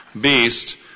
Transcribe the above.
beast